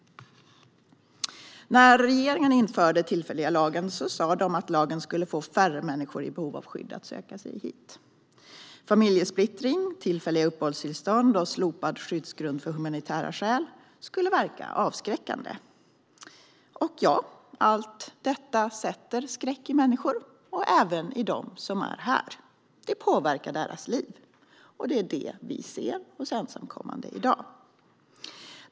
När regeringen införde den tillfälliga lagen sa man att lagen skulle få färre människor i behov av skydd att söka sig hit. Familjesplittring, tillfälliga uppehållstillstånd och slopad skyddsgrund för humanitära skäl skulle verka avskräckande. Allt detta sätter skräck i människor och även i de människor som är här. Det påverkar deras liv. Det är det vi ser hos ensamkommande i dag.